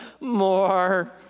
more